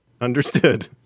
Understood